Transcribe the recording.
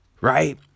Right